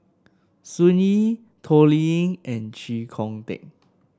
Sun Yee Toh Liying and Chee Kong Tet